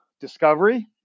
discovery